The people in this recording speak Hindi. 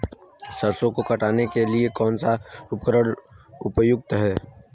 सरसों को काटने के लिये कौन सा उपकरण उपयुक्त है?